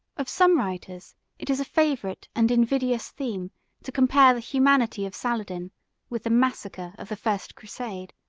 of some writers it is a favorite and invidious theme to compare the humanity of saladin with the massacre of the first crusade.